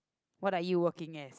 what are you working as